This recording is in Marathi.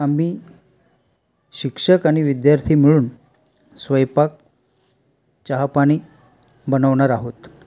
आम्ही शिक्षक आणि विद्यार्थी मिळून स्वयंपाक चहा पाणी बनवणार आहोत